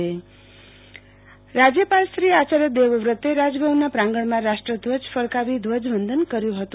આરતી ભટ્ટ રાજ્યપાલ ધ્વજવંદના રાજ્યપાલ શ્રી આચાર્ય દેવવ્રતે રાજભવનના પ્રાંગતમાં રાષ્ટ્રધ્વજ ફરકાવી ધ્વજવદન કર્યું હતું